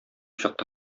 чыкты